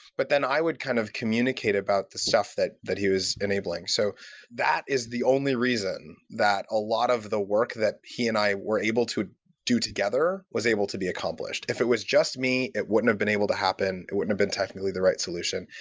but then i would kind of communicate about the stuff that that he was enabling. so that is the only reason that a lot of the work that he and i were able to do together was able to be accomplished. if it was just me, it wouldn't have been able to happen. it wouldn't have been technically the right solution.